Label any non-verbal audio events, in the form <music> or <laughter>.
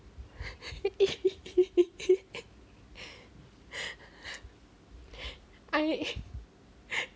<laughs> I